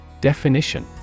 Definition